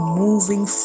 moving